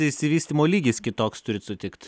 išsivystymo lygis kitoks turit sutikt